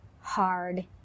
hard